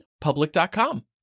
public.com